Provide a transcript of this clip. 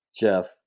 Jeff